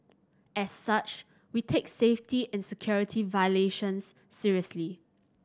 as such we take safety and security violations seriously